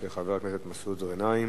של חבר הכנסת מסעוד גנאים.